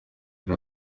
yari